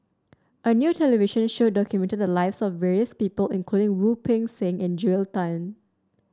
a new television show documented the lives of various people including Wu Peng Seng and Joel Tan